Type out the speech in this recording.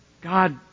God